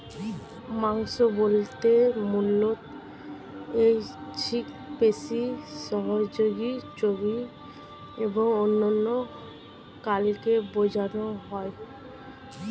মাংস বলতে মূলত ঐচ্ছিক পেশি, সহযোগী চর্বি এবং অন্যান্য কলাকে বোঝানো হয়